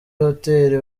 hoteli